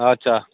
আচ্ছা